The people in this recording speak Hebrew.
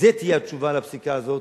זו תהיה התשובה לפסיקה הזו,